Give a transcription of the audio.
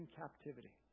captivity